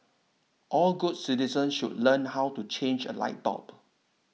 all good citizens should learn how to change a light bulb